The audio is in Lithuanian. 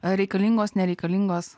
ar reikalingos nereikalingos